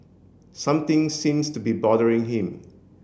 something seems to be bothering him